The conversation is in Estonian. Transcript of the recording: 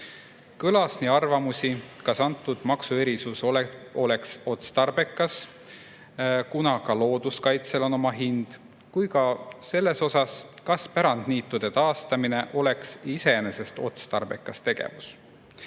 Kõlas nii [küsimus], kas antud maksuerisus oleks otstarbekas, kuna ka looduskaitsel on oma hind, kui ka [küsimus], kas pärandniitude taastamine oleks iseenesest otstarbekas tegevus.